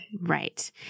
Right